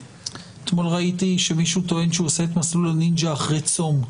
אתמול ראיתי שמישהו טוען שהוא עושה את מסלול הנינג'ה אחרי צום,